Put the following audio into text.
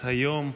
היום,